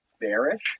bearish